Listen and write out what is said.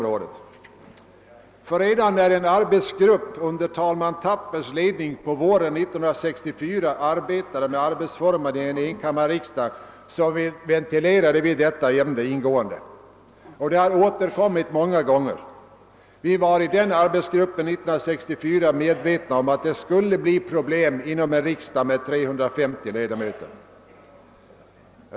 Redan när en arbetsgrupp under talman Thappers ledning våren 1964 arbetade med arbetsformerna i en enkammarriksdag ventilerade vi ingående detta ämne. Det har sedan återkommit många gånger. Vi var i arbetsgruppen 1964 medvetna om att det skulle bli problem inom en riksdag med 350 ledamöter.